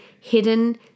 Hidden